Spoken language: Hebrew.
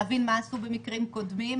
ולהבין מה עשו במקרים קודמים.